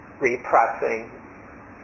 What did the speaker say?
repressing